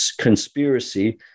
conspiracy